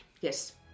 Yes